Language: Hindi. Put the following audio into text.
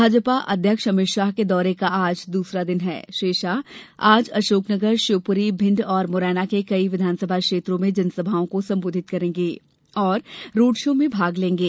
भाजपा अध्यक्ष अमित शाह के दौरे का आज दूसरा दिन है श्री शाह आज अशोकनगर शिवपुरी भिंड और मुरैना के कई विधानसभा क्षेत्रों में जनसभाओं को संबोधित करेंगे और रोड शो में भाग लेंगे